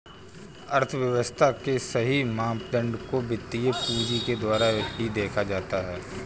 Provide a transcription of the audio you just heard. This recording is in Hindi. अर्थव्यव्स्था के सही मापदंड को वित्तीय पूंजी के द्वारा ही देखा जाता है